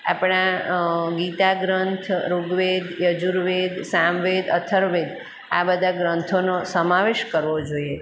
આપણા ગીતા ગ્રંથ ઋગ્વેદ યજુર્વેદ સામવેદ અથર્વવેદ આ બધા ગ્રંથોનો સમાવેશ કરવો જોઈએ